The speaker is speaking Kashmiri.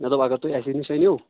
مےٚ دوٚپ اگر تُہۍ اَسہِ نِش أنِو